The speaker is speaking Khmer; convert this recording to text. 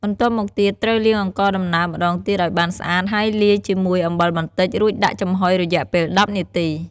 បន្ទាប់មកទៀតត្រូវលាងអង្ករដំណើបម្តងទៀតឲ្យបានស្អាត ហើយលាយជាមួយអំបិលបន្តិចរួចដាក់ចំហ៊ុយរយៈពេល ១០នាទី។